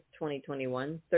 2021